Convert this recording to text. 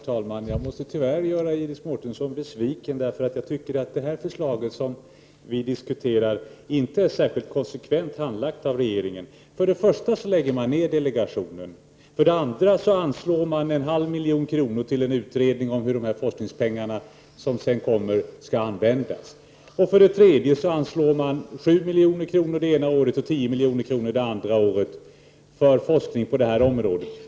Herr talman! Jag måste tyvärr göra Iris Mårtensson besviken, eftersom jag tycker att det förslag som vi nu diskuterar inte är särskilt konsekvent handlagt av regeringen. För det första lägger man ned delegationen. För det andra anslår man 0,5 milj.kr. till en utredning om hur dessa forskningspengar skall användas. För det tredje anslår man 7 milj.kr. det ena året och 10 milj.kr. det andra året för forskning på det här området.